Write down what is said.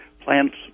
Plants